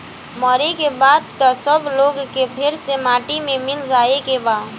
मरे के बाद त सब लोग के फेर से माटी मे मिल जाए के बा